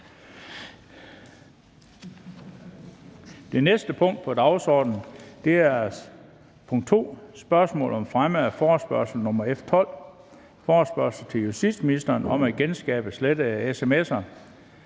Det næste punkt på dagsordenen er: 2) Spørgsmål om fremme af forespørgsel nr. F 12: Forespørgsel til justitsministeren om at genskabe slettede sms’er.